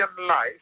life